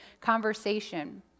conversation